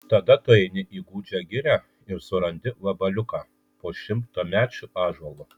tada tu eini į gūdžią girią ir surandi vabaliuką po šimtamečiu ąžuolu